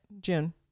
June